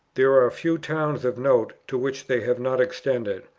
there are few towns of note, to which they have not extended.